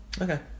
Okay